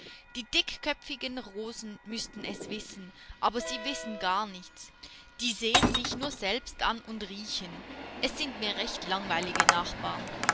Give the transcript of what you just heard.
die dickköpfigen rosen müßten es wissen aber die wissen gar nichts die sehen sich nur selbst an und riechen es sind mir recht langweilige nachbarn